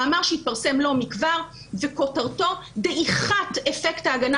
מאמר שהתפרסם לא מכבר וכותרתו דעיכת אפקט ההגנה